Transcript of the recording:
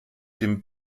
dem